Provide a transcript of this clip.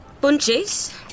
Bunches